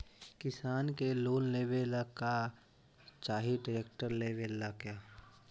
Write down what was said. किसान के लोन लेबे ला का चाही ट्रैक्टर लेबे ला?